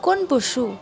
কোন পশু